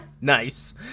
Nice